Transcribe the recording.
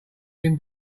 been